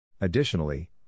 additionally